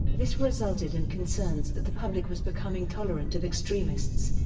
this resulted in concerns that the public was becoming tolerant of extremists.